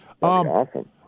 awesome